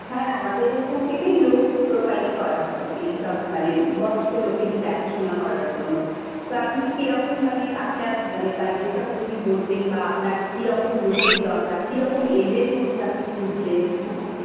হ্যাঁ আমাদের এখান থেকে লোক প্রোভাইড করা হয় এইসব মানে বয়স্ক লোককে যে দেখাশোনা করার জন্য তো আপনি কীরকম মানে আপনার মানে বাজেটটাকে যদি বলতেন বা আপনার কীরকম লোকের দরকার কীরকম এজের মধ্যে আপনি খুঁজছেন